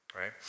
right